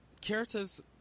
characters